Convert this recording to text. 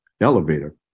elevator